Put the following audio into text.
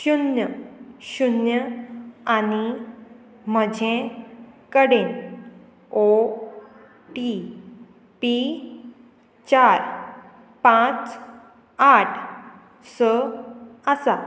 शुन्य शुन्य आनी म्हजें कडेन ओ टी पी चार पांच आठ स आसा